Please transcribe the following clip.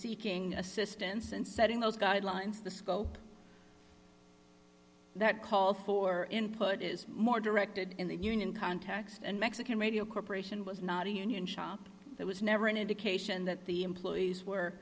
seeking assistance and setting those guidelines the scope that call for input is more directed in the union context and mexican radio corp was not a union shop it was never an indication that the employees were